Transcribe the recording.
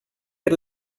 per